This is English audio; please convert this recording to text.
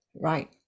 right